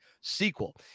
sequel